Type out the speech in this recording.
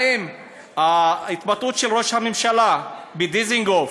האם ההתבטאות של ראש הממשלה בדיזנגוף